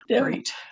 Great